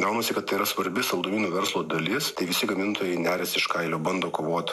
gaunasi kad tai yra svarbi saldumynų verslo dalis tai visi gamintojai neriasi iš kailio bando kovot